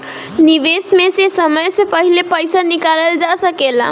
निवेश में से समय से पहले पईसा निकालल जा सेकला?